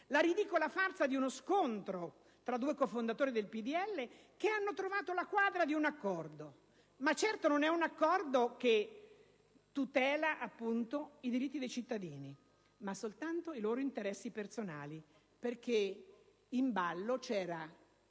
la ridicola farsa di uno scontro tra i due cofondatori del PdL, che hanno trovato la quadra di un accordo. Ma certo non è un accordo che tutela i diritti dei cittadini, bensì soltanto i loro interessi personali, perché in ballo c'era